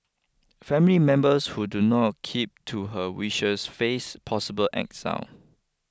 family members who do not keep to her wishes face possible exile